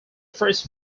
first